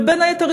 ובין היתר,